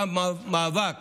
גם מאבק